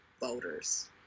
voters